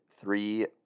Three